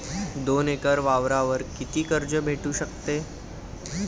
दोन एकर वावरावर कितीक कर्ज भेटू शकते?